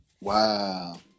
Wow